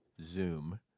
Zoom